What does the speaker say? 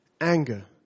anger